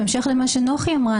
בהמשך למה שנוחי אמרה,